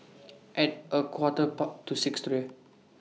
At A Quarter part to six today